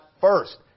first